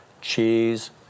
cheese